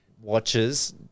watches